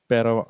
Pero